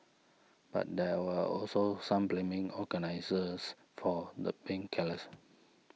but there were also some blaming organisers for the being careless